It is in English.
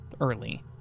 early